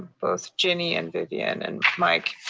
both ginny, and vivian, and mike.